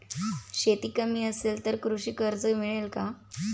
शेती कमी असेल तर कृषी कर्ज मिळेल का?